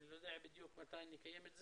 אני לא יודע בדיוק מתי נקיים את זה,